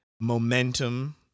momentum